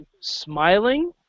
smiling